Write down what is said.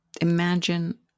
imagine